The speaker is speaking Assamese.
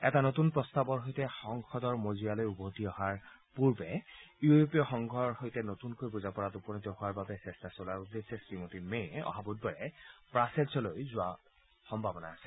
এটা নতুন প্ৰস্তাৱৰ সৈতে সংসদৰ মজিয়ালৈ অহাৰ পূৰ্বে ইউৰোপীয় সংঘৰ সৈতে নতুনকৈ বুজাপৰাত উপনীত হোৱাৰ উদ্দেশ্যে চেষ্টা চলোৱাৰ বাবে শ্ৰীমতী মে অহা বুধবাৰে ৱাছেলছলৈ যোৱা সম্ভাৱনা আছে